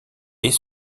est